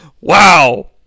Wow